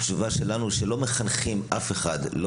התשובה שלנו היא שלא מחנכים אף אחד לא